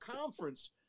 conference